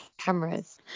cameras